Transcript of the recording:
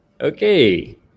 Okay